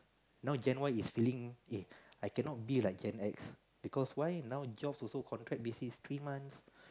now Gen-Y is feeling eh I cannot be like Gen-X because why now jobs also contract basis three months